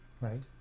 Right